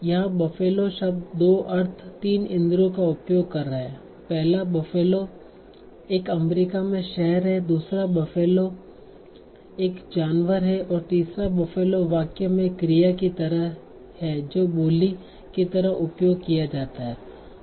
यहाँ buffalo शब्द 2 अर्थ 3 इंद्रियों का उपयोग कर रहा है पहला buffalo एक अमेरिका में शहर है दूसरा buffalo भैंस एक जानवर है और तीसरा buffalo वाक्य में एक क्रिया की तरह है जो बुली की तरह उपयोग किया जाता है